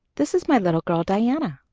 this is my little girl diana,